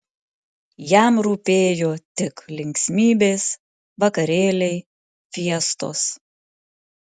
jam rūpėjo tik linksmybės vakarėliai fiestos